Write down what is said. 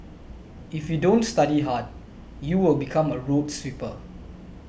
if you don't study hard you will become a road sweeper